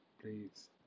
please